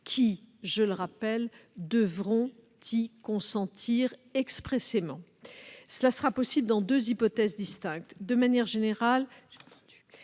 je le rappelle, devront y consentir expressément. Cela sera possible dans deux hypothèses distinctes. De manière générale,